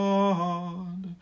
God